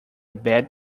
bad